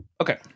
okay